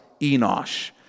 Enosh